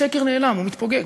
השקר נעלם, הוא מתפוגג.